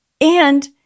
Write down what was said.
And-